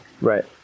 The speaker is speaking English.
Right